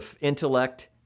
intellect